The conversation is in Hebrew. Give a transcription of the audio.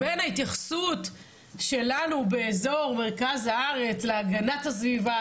בין ההתייחסות שלנו באזור מרכז הארץ להגנת הסביבה,